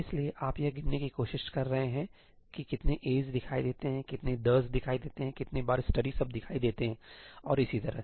इसलिए आप यह गिनने की कोशिश कर रहे हैं कि कितने 'a's दिखाई देते हैं कितने 'the's दिखाई देते हैं कितनी बार 'study' शब्द दिखाई देते हैं और इसी तरह